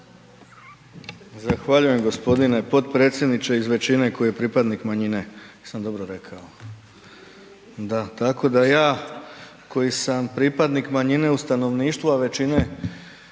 Zahvaljujem, g. potpredsjedniče, iz većine koji je pripadnik manjine. Jesam dobro rekao? Da, tako da ja, koji sam pripadnik manjine, u stanovništvu a većine